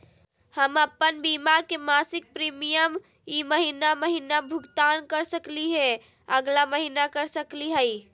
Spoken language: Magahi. हम अप्पन बीमा के मासिक प्रीमियम ई महीना महिना भुगतान कर सकली हे, अगला महीना कर सकली हई?